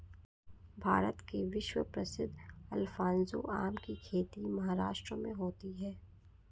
भारत में विश्व प्रसिद्ध अल्फांसो आम की खेती महाराष्ट्र में होती है